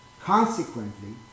Consequently